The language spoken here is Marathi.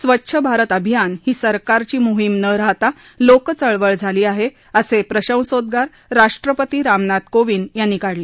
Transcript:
स्वच्छ भारत अभियान ही सरकारी मोहीम न रहता लोकचळवळ झाली आहे असे प्रशंसोद्रार राष्ट्रपती कोविंद यांनी काढले